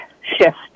shift